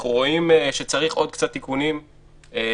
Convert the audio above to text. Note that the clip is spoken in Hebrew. אנחנו רואים שצריך עוד קצת תיקונים ואנחנו